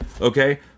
Okay